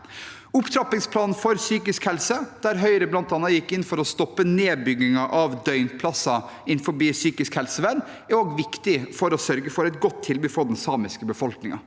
Opptrappingsplanen for psykisk helse, der Høyre bl.a. gikk inn for å stoppe nedbyggingen av døgnplasser innenfor psykisk helsevern, er også viktig for å sørge for et godt tilbud for den samiske befolkningen.